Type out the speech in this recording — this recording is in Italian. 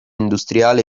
industriale